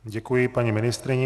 Děkuji paní ministryni.